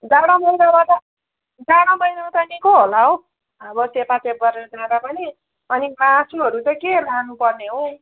जाडो महिनामा त जाडो महिनामा त निको होला हौ अब चेपाचेप गरेर जाँदा पनि अनि मासुहरू चाहिँ के लानुपर्ने हो